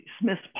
Smith's